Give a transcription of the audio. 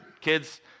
Kids